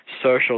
social